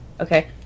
Okay